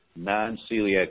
non-celiac